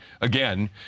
again